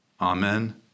Amen